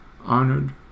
honored